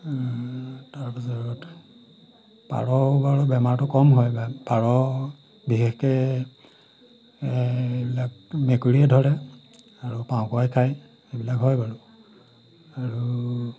তাৰপিছত পাৰৰ বাৰু বেমাৰটো কম হয় পাৰ বিশেষকে এইবিলাক মেকুৰীয়ে ধৰে আৰু পাঁওকৰাই খায় সেইবিলাক হয় বাৰু আৰু